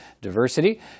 Diversity